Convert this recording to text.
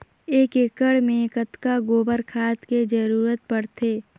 एक एकड़ मे कतका गोबर खाद के जरूरत पड़थे?